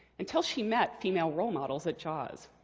until she met female role models at jaws.